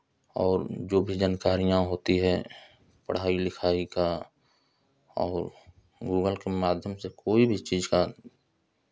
और जो भी जानकारियाँ होती है पढ़ाई लिखाई का और गूगल के माध्यम से कोई भी चीज़ का